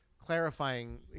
clarifying